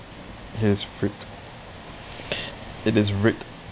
ya it's rigged it is rigged